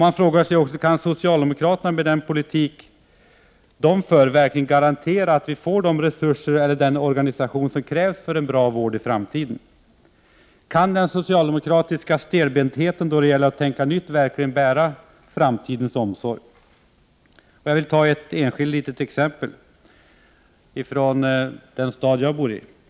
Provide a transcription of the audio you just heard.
Man frågar sig också: Kan socialdemokraterna med den politik de för verkligen garantera att vi får de resurser eller den organisation som krävs för att få en bra vård i framtiden? Kan den socialdemokratiska stelbentheten då det gäller att tänka nytt verkligen bära framtidens omsorg? Jag vill anföra ett litet exempel på den socialdemokratiska stelbentheten från den stad som jag bor.